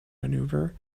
maneuver